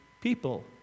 people